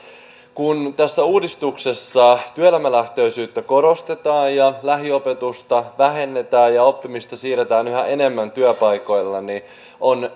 kun tässä uudistuksessa työelämälähtöisyyttä korostetaan ja lähiopetusta vähennetään ja oppimista siirretään yhä enemmän työpaikoille niin on